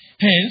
hence